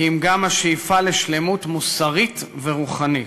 כי אם גם השאיפה לשלמות מוסרית ורוחנית".